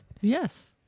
Yes